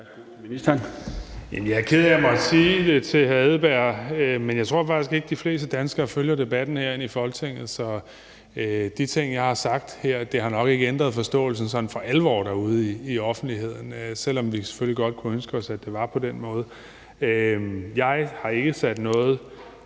Jeg er ked af at måtte sige det til hr. Kim Edberg Andersen, men jeg tror faktisk ikke, de fleste danskere følger debatten herinde i Folketinget. Så de ting, jeg har sagt her, har nok ikke ændret forståelsen sådan for alvor derude i offentligheden, selv om vi selvfølgelig godt kunne ønske os, at det var på den måde. Jeg har ikke sat noget